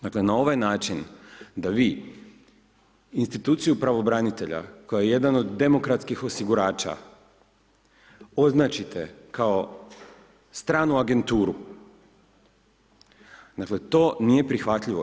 Dakle, na ovaj način, da vi instituciju pravobranitelja, koji je jedan od demografskih osigurača, označite kao stranu agenturu, dakle, to nije prihvatljivo.